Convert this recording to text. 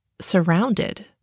surrounded